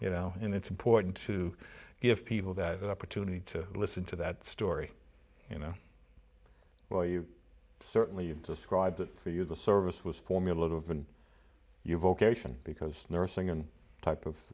you know and it's important to give people that opportunity to listen to that story you know well you certainly you described it for you the service was for me a lot of in your vocation because nursing and type of